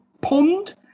pond